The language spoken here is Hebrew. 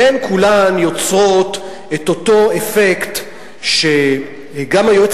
והן כולן יוצרות את אותו אפקט שגם היועץ